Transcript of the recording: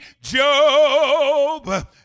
Job